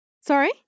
Sorry